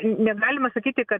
negalima sakyti kad